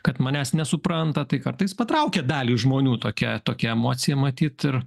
kad manęs nesupranta tai kartais patraukia dalį žmonių tokia tokia emocija matyt ir